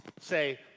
say